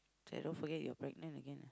don't forget you are pregnant again